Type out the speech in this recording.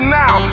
now